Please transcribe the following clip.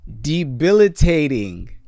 Debilitating